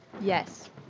Yes